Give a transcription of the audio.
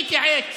אני אתייעץ